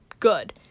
good